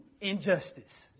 injustice